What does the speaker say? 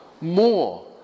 more